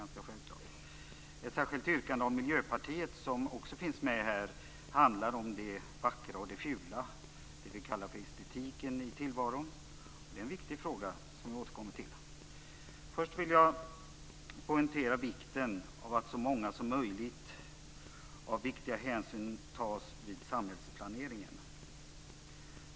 Det är ganska självklart. Ett yrkande av Miljöpartiet som också finns med här handlar om det vackra och det fula, det vi kallar för estetiken i tillvaron. Det är en viktig fråga, som jag återkommer till. Först vill jag poängtera vikten av att så många hänsyn som möjligt tas vid samhällsplaneringen.